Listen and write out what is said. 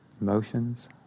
Emotions